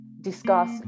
discuss